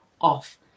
off